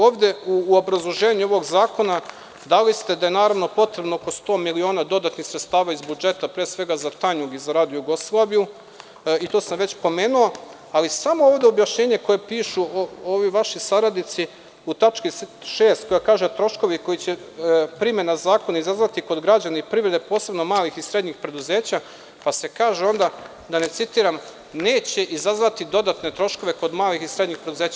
Ovde u obrazloženju ovog zakona dali ste da je, naravno, potrebno oko 100 miliona dodatnih sredstava iz budžeta, pre svega za Tanjug i Radio Jugoslaviju, što sam već pomenuo, ali samo ovde objašnjenje koje pišu ovi vaši saradnici u tački 6. koja kaže – troškovi koje će primena zakona izazvati kod građana i privrede posebno malih i srednjih preduzeća, pa se kaže onda, da ne citiram, da neće izazvati dodatne troškove kod malih i srednjih preduzeća.